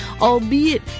albeit